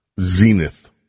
zenith